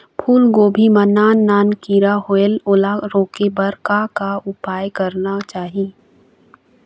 फूलगोभी मां नान नान किरा होयेल ओला रोके बर का उपाय करना चाही?